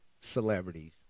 celebrities